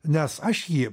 nes aš jį